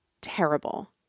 terrible